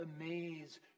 amaze